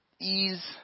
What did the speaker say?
ease